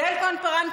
יעל כהן-פארן,